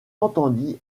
entendit